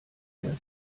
erst